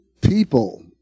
people